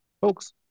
Folks